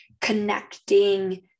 connecting